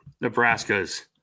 Nebraska's